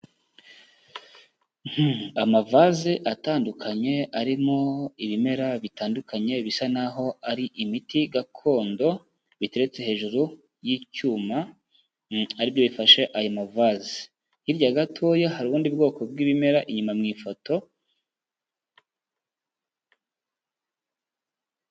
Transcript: Amavase atandukanye arimo ibimera bitandukanye bisa naho ari imiti gakondo, biteretse hejuru y'icyuma ari byo bifashe a mavase, hirya gatoya hari ubundi bwoko bw'ibimera inyuma mu ifoto.